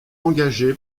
engagé